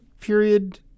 period